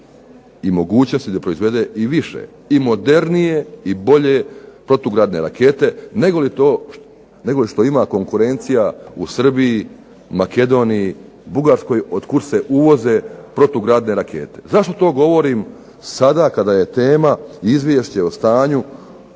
i mogućnosti da proizvede više i modernije i bolje protugradne rakete, nego što ima konkurencija u Srbiji, Makedoniji, Bugarskoj od kuda se uvoze protugradne rakete. Zašto to govorim kada je tema Izvješće o stanju